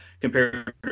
compared